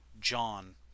john